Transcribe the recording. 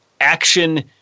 action